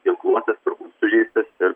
ginkluotas sužeistas ir